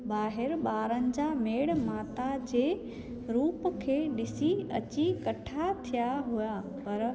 ॿाहिरि ॿारनि जा मेड़ु माता जे रूप खे ॾिसी अची इकट्ठा थिया हुआ पर